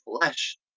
flesh